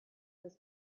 his